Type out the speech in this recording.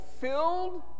filled